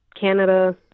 Canada